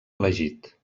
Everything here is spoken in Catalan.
elegit